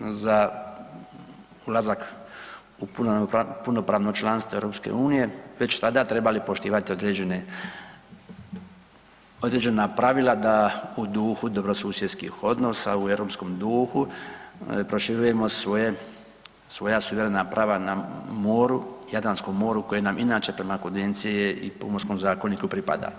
za ulazak u punopravno članstvo EU-a već tada trebali poštovati određena pravila da u duhu dobrosusjedskih odnosa, u europskom duhu, proširujemo svoja suverena prava na moru, Jadranskom moru koje nam inače prema Konvenciji i Pomorskom zakoniku pripada.